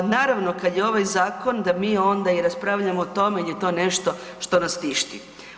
Naravno, kad je ovaj zakon da mi onda i raspravljamo o tome jer je to nešto što nas tišti.